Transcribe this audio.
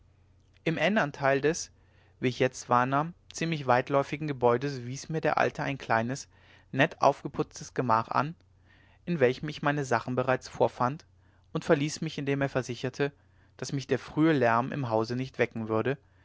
im ändern teil des wie ich jetzt wahrnahm ziemlich weitläuftigen gebäudes wies mir der alte ein kleines nett aufgeputztes gemach an m welchem ich meine sachen bereits vorfand und verließ mich indem er versicherte daß mich der frühe lärm im hause nicht wecken würde